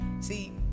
see